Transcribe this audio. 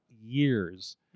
years